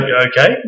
Okay